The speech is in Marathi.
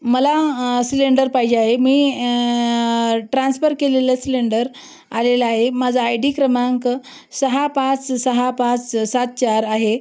मला सिलेंडर पाहिजे आहे मी ट्रान्स्पर केलेला सिलेंडर आलेला आहे माझा आय डी क्रमांक सहा पाच सहा पाच सात चार आहे